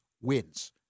Wins